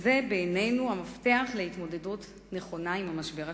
זה בעינינו המפתח להתמודדות נכונה עם המשבר הכלכלי.